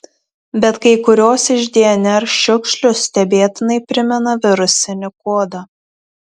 bet kai kurios iš dnr šiukšlių stebėtinai primena virusinį kodą